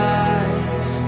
eyes